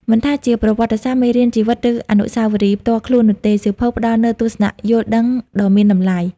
មិនថាជាប្រវត្តិសាស្ត្រ មេរៀនជីវិត ឬអនុស្សាវរីយ៍ផ្ទាល់ខ្លួននោះទេ សៀវភៅផ្ដល់នូវទស្សនៈយល់ដឹងដ៏មានតម្លៃ។